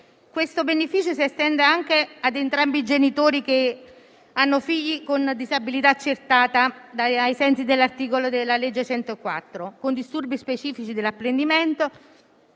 Tale beneficio si estende anche ad entrambi i genitori che hanno figli con disabilità accertata ai sensi della legge 104, del 1992 con disturbi specifici dell'apprendimento